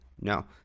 no